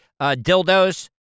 dildos